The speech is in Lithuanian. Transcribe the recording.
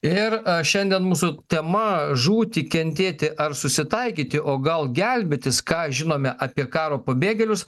ir šiandien mūsų tema žūti kentėti ar susitaikyti o gal gelbėtis ką žinome apie karo pabėgėlius